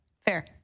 Fair